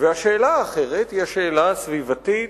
השאלה האחרת היא השאלה הסביבתית,